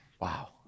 Wow